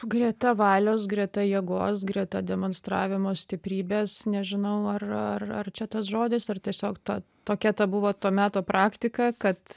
greta valios greta jėgos greta demonstravimo stiprybės nežinau ar ar ar čia tas žodis ar tiesiog ta tokia ta buvo to meto praktika kad